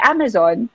Amazon